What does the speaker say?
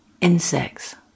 insects